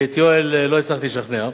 כי את יואל לא הצלחתי לשכנע,